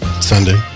Sunday